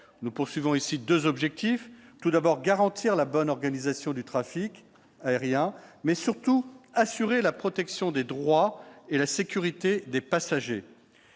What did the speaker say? nous poursuivons ici 2 objectifs : tout d'abord, garantir la bonne organisation du trafic aérien, mais surtout assurer la protection des droits et la sécurité des passagers,